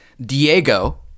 Diego